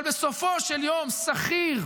אבל בסופו של יום, שכיר,